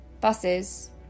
Buses